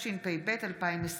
התשפ"ב 2021,